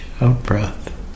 out-breath